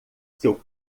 seu